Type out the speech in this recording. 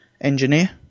engineer